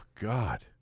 God